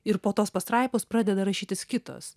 ir po tos pastraipos pradeda rašytis kitos